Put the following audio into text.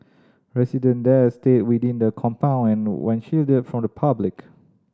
resident there are stayed within the compound and were shielded from the public